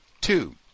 Two